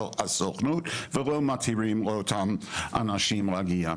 הסוכנות ולא מתירים לאותם אנשים להגיע.